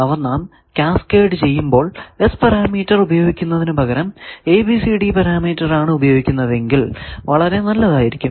അവ നാം കാസ്കേഡ് ചെയ്യുമ്പോൾ S പാരാമീറ്റർ ഉപയോഗിക്കുന്നതിനു പകരം ABCD പാരാമീറ്റർ ആണ് ഉപയോഗിക്കുന്നതെങ്കിൽ വളരെ നല്ലതായിരിക്കും